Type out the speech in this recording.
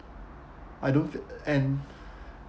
I don't fe~ and